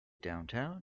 downtown